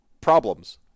problems